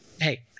hey